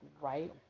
right